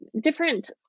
different